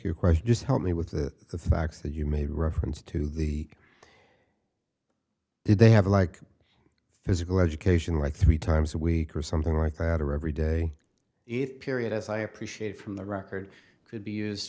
you a question just help me with the facts that you made reference to the did they have like physical education like three times a week or something like that or every day if period as i appreciate from the record could be used